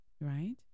right